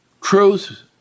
truth